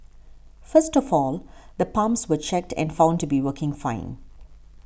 first of all the pumps were checked and found to be working fine